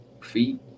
feet